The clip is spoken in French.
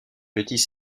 petits